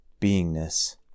beingness